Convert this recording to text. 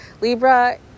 Libra